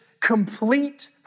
Complete